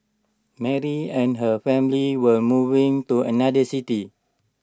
Mary and her family were moving to another city